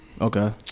Okay